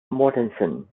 mortensen